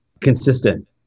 consistent